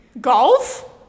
Golf